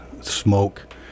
smoke